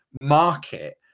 market